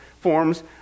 forms